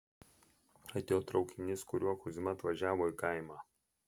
atėjo traukinys kuriuo kuzma atvažiavo į kaimą